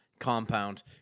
Compound